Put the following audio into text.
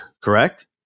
correct